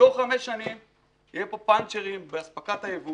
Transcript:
תוך חמש שנים יהיו פה פנצ'רים באספקת הייבוא